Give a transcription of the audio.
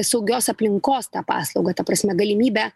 saugios aplinkos tą paslaugą ta prasme galimybę